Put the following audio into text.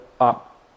up